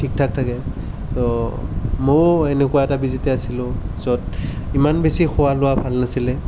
ঠিক ঠাক থাকে তো মইও এনেকুৱা এটা পি জিতে আছিলোঁ পিছত ইমান বেছি খোৱা লোৱা ভাল নাছিলে